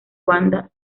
banda